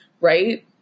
right